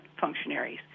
functionaries